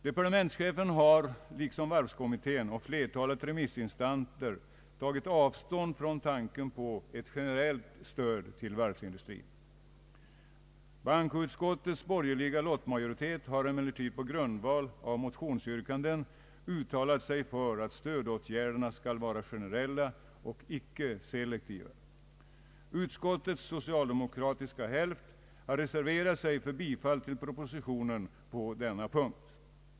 Departementschefen har liksom varvskommittén och flertalet remissinstanser tagit avstånd från tanken på ett generellt stöd till varvsindustrin. Bankoutskottets borgerliga lottmajoritet har emellertid på grundval av motionsyrkanden uttalat sig för att stödåtgärderna skall vara generella och inte selektiva. Utskottets socialdemokratiska hälft har reserverat sig för bifall till propositionen på denna punkt.